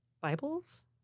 Bibles